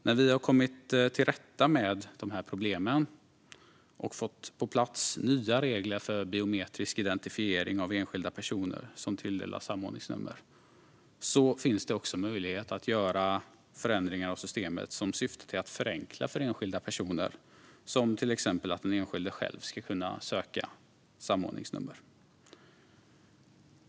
När vi har kommit till rätta med dessa problem och fått på plats nya regler för biometrisk identifiering av enskilda personer som tilldelas samordningsnummer finns det också möjlighet att göra förändringar av systemet som syftar till att förenkla för enskilda personer, till exempel att den enskilde själv ska kunna ansöka om samordningsnummer.